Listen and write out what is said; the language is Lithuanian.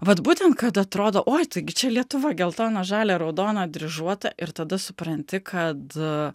vat būtent kad atrodo oi taigi čia lietuva geltona žalia raudona dryžuota ir tada supranti kad